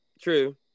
true